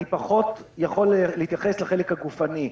אני פחות יכול להתייחס לחלק הגופני.